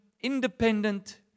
independent